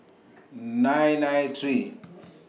nine nine three